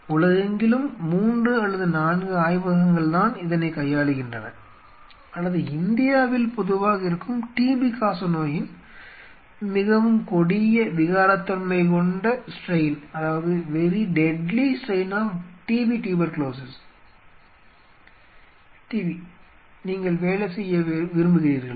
உலகெங்கிலும் 3 அல்லது 4 ஆய்வகங்கள்தான் இதனைக் கையாளுகின்றன அல்லது இந்தியாவில் பொதுவாக இருக்கும் TB காசநோயின் மிகவும் கொடிய விகாரத்தன்மைகொண்ட ஸ்ட்ரைனோடு நீங்கள் வேலை செய்ய விரும்புகிறீர்களா